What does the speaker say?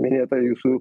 minėta jūsų